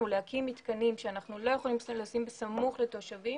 להקים מתקנים שאנחנו לא יכולים לשים בסמוך לתושבים,